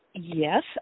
Yes